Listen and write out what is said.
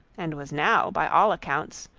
and was now, by all accounts,